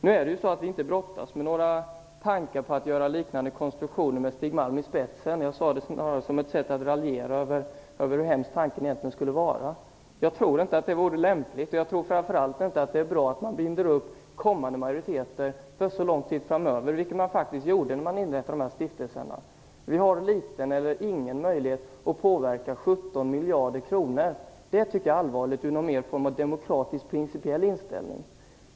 Nu brottas vi inte med några tankar på att göra liknande konstruktioner med Stig Malm i spetsen. Jag sade det snarare som ett sätt att raljera över hur hemsk tanken egentligen skulle vara. Jag tror inte att det vore lämpligt. Och jag tror framför allt inte att det är bra att man binder upp kommande majoriteter för så lång tid framöver. Det gjorde man faktiskt när man inrättade dessa stiftelser. Vi har liten eller ingen möjlighet att påverka 17 miljarder kronor. Det tycker jag är allvarligt ur någon form av principiell demokratisk inställning.